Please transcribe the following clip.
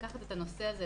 לקחת את הנושא הזה,